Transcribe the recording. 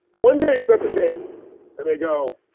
one day he's at the table and they go,